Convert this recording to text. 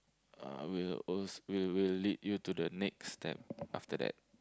uh will aslo will will lead you to the next step after that